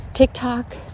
TikTok